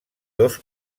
dos